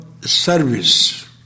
service